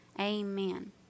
amen